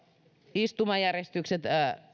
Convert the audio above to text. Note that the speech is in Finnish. istumajärjestykset